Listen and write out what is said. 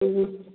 ꯎꯝ